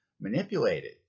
manipulated